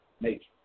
Nature